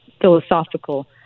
philosophical